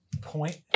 point